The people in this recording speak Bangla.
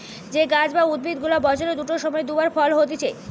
যে গাছ বা উদ্ভিদ গুলা বছরের দুটো সময় দু বার ফল হতিছে